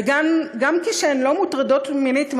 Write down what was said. וגם כשהן לא מוטרדות מינית ממש,